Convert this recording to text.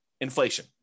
Inflation